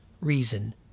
reason